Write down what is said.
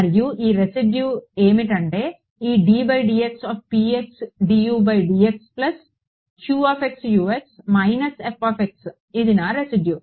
మరియు ఈ రెసిడ్యూ ఏమిటంటే ఈ d by dx of p x dU by dx plus qx U x minus f of x ఇది నా రెసిడ్యూ